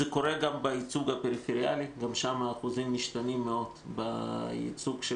זה גם קורה בייצוג הפריפריאלי גם שם השיעורים משתנים מאוד בייצוג של